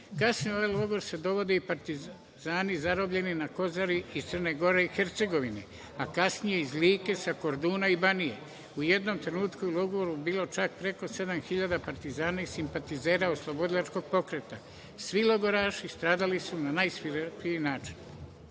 deca. Kasnije, u ovaj logor se dovode i partizani zarobljeni na Kozari iz Crne Gore i Hercegovine, a kasnije iz Like sa Korduna i Banije. U jednom trenutku u logoru je bilo čak preko 7000 partizana i simpatizera iz Oslobodilačkog pokreta. Svi logoraši stradali su na najsvirepiji način. Danas,